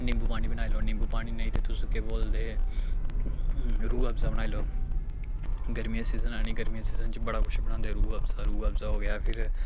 निम्बू पानी बनाई लैओ निम्बू पानी नेईं ते तुस केह् बोलदे हे रूह् अफजा बनाई लैओ गर्मियें दे सीजन आनी गर्मियें दे सीजन च बड़ा कुछ बनांदे रूह् अफजा रूह् अफजा हो गेआ फिर